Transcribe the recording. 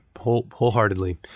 wholeheartedly